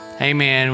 Amen